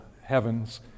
heavens